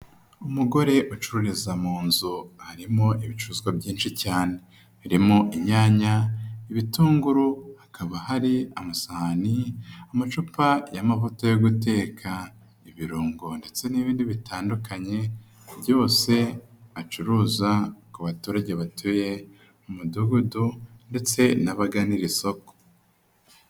Umugore acururiza mu nzu harimo ibicuruzwa byinshi cyane, birimo inyanya, ibitunguru, hakaba hari amasahani, amacupa y'amavuta yo guteka, ibirungo ndetse n'ibindi bitandukanye, byose bacuruza ku baturage batuye mu umudugudu ndetse n'abagana iri isoko.